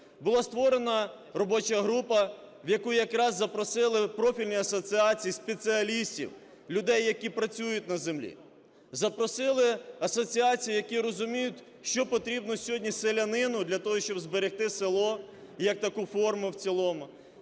Була створена робоча група, в яку якраз запросили профільні асоціації, спеціалістів, людей, які працюють на землі, запросили асоціації, які розуміють, що потрібно сьогодні селянину для того, щоб зберегти село як таку форму в цілому.